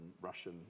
Russian